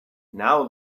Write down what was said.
now